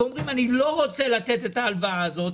שלא רוצים לתת את ההלוואה הזאת,